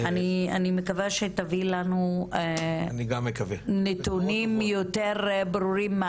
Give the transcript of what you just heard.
אני מקווה שתביא לנו נתונים יותר ברורים,